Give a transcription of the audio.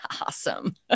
awesome